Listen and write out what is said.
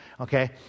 okay